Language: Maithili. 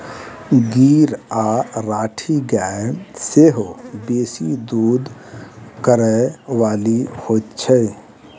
गीर आ राठी गाय सेहो बेसी दूध करय बाली होइत छै